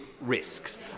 risks